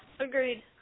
Agreed